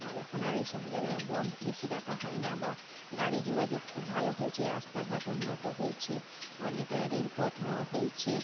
আর এখন আর ওই সব বন্ধ্ বেশি ডাকা হয় না বা গাড়ি যোগাযোগ খুব ভালো হয়েছে রাস্তাঘাট উন্নত হয়েছে অনেক রেলপথ হয়েছে